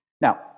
Now